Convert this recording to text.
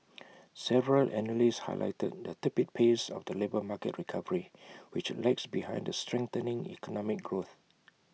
several analysts highlighted the tepid pace of the labour market recovery which lags behind the strengthening economic growth